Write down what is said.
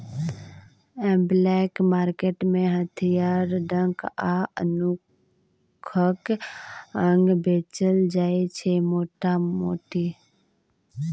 black market मे हथियार, drug आ मनुखक अंग बेचल जाइ छै मोटा मोटी